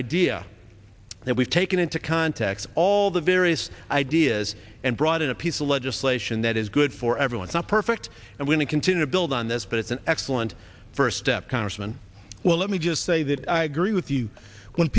idea and we've taken into context all the various ideas and brought in a piece of legislation that is good for everyone not perfect and we continue to build on this but it's an excellent first step congressman well let me just say that i agree with you when